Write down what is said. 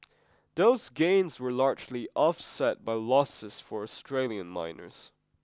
those gains were largely offset by losses for Australian miners